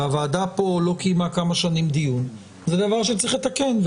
והוועדה לא קיימה פה כמה שנים דיון זה דבר שצריך לתקן.